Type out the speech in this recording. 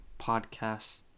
podcasts